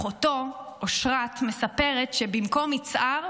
אחותו אושרת מספרת שבמקום יצהר,